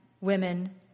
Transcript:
women